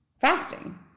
fasting